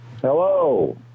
Hello